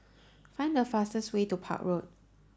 find the fastest way to Park Road